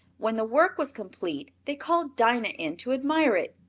when the work was complete they called dinah in to admire it,